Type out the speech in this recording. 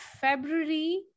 February